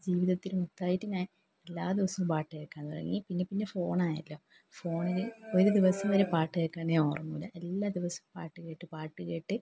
ജീവിതത്തിൽ മൊത്തമായിട്ട് ഞാൻ എല്ലാ ദിവസവും പാട്ട് കേൾക്കാൻ തുടങ്ങി പിന്നെ പിന്നെ ഫോണായല്ലോ ഫോണിൽ ഒരു ദിവസം വരെ ഞാൻ പാട്ട് കേൾക്കാതെ ഞാൻ ഉറങ്ങൂല്ല എല്ലാ ദിവസവും പാട്ട് കേട്ട് പാട്ട് കേട്ട്